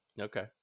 Okay